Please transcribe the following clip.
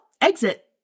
exit